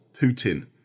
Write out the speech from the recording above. Putin